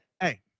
hey